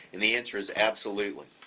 and the answer is absolutely.